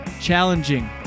challenging